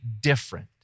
different